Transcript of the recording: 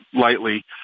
lightly